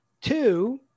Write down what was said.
Two